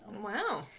Wow